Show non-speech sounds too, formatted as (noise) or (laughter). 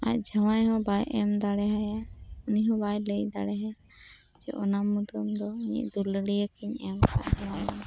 ᱟᱡ ᱡᱟᱸᱣᱟᱭ ᱦᱚᱸ ᱵᱟᱭ ᱮᱢ ᱫᱟᱲᱮᱣᱟᱭᱟ ᱩᱱᱤ ᱦᱚᱸ ᱵᱟᱭ ᱞᱟᱹᱭ ᱫᱟᱲᱮᱣᱟᱭᱟ ᱡᱮ ᱚᱱᱟ ᱢᱩᱫᱟᱹᱢ ᱫᱚ ᱤᱧᱟᱹᱜ ᱫᱩᱞᱟᱹᱲᱤᱭᱟᱹᱧ ᱮᱢ (unintelligible)